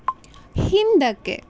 ಹಿಂದಕ್ಕೆ